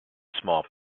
small